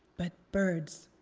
but birds.